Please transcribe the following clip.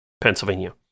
Pennsylvania